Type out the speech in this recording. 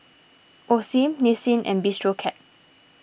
Osim Nissin and Bistro Cat